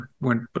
went